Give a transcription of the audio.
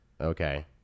Okay